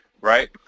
Right